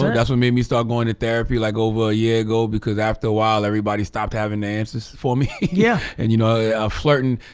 that's what made me start going to therapy like over a year ago because after a while everybody stopped having the answers for me. yeah and you know flirting.